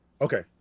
okay